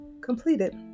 completed